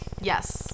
Yes